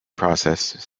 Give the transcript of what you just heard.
process